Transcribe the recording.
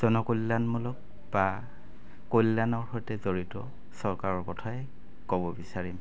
জনকল্যাণমূলক বা কল্যাণৰ সৈতে জড়িত চৰকাৰৰ কথাই ক'ব বিচাৰিম